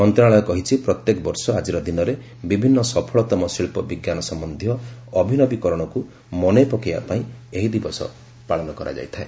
ମନ୍ତ୍ରଶାଳୟ କହିଛି ପ୍ରତ୍ୟେକ ବର୍ଷ ଆଜିର ଦିନରେ ବିଭିନ୍ନ ସଫଳତମ ଶିଳ୍ପବିଜ୍ଞାନ ସମ୍ୟନ୍ଧୀୟ ଅଭିନବୀକରଣକୁ ମନେପକାଇବା ପାଇଁ ଏହି ଦିବସ ପାଳନ କରାଯାଇଥାଏ